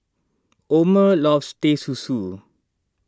Omer loves Teh Susu